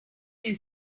you